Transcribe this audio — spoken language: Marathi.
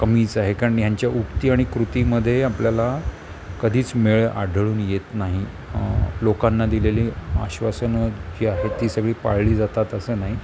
कमीच आहे कारण यांच्या उक्ती आणि कृतीमधे आपल्याला कधीच मेळ आढळून येत नाही लोकांना दिलेली आश्वासनं जी आहे ती सगळी पाळली जातात असं नाही